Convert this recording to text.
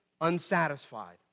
unsatisfied